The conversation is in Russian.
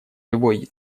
любой